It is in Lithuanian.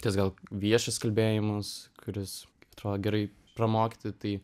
tas gal viešas kalbėjimas kuris atrodo gerai pramokti tai